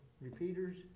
Repeaters